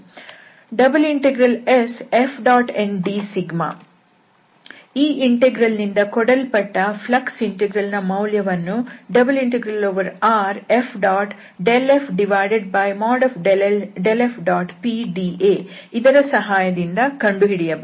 ∬SFndσ ಈ ಇಂಟೆಗ್ರಲ್ ನಿಂದ ಕೊಡಲ್ಪಟ್ಟ ಫ್ಲಕ್ಸ್ ಇಂಟೆಗ್ರಲ್ ನ ಮೌಲ್ಯವನ್ನು ∬RF∇f∇f⋅pdA ಇದರ ಸಹಾಯದಿಂದ ಕಂಡುಹಿಡಿಯಬಹುದು